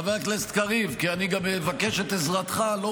חבר הכנסת קריב, כי אני גם מבקש את עזרתך, לא